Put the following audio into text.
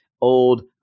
old